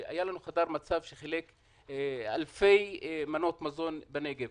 היה לנו חדר מצב שחילק אלפי מנות מזון בנגב.